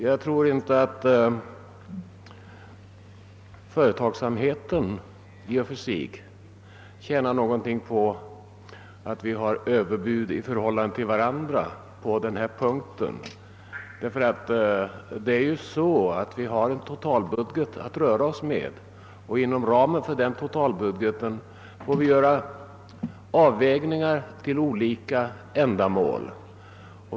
Jag tror inte att företagsamheten i och för sig tjänar något på att vi har överbud i förhållande till varandra på denna punkt, ty det är ju så att vi har en totalbudget att röra oss med, och inom ramen för den totalbudgeten får vi göra avvägningar till olika ändamål.